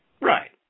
Right